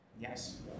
Yes